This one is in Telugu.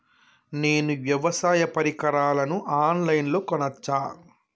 నేను వ్యవసాయ పరికరాలను ఆన్ లైన్ లో కొనచ్చా?